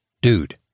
Dude